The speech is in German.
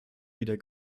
wieder